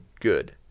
good